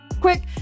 quick